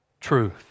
truth